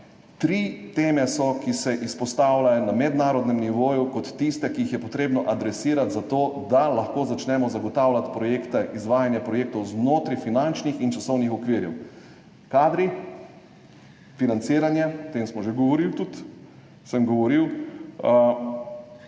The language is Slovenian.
Tri teme so, ki se izpostavljajo na mednarodnem nivoju kot tiste, ki jih je potrebno adresirati, zato da lahko začnemo zagotavljati izvajanja projektov znotraj finančnih in časovnih okvirov: kadri, financiranje, o tem smo že govorili, sem tudi govoril,